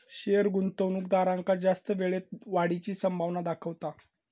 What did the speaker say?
share गुंतवणूकदारांका जास्त वेळेत वाढीची संभावना दाखवता